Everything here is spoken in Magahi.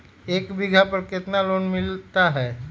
एक बीघा पर कितना लोन मिलता है?